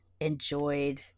enjoyed